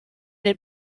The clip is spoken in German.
den